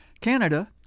Canada